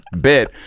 bit